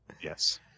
Yes